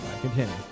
Continue